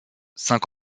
cinq